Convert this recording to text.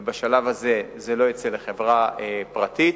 ובשלב הזה זה לא יוצא לחברה פרטית.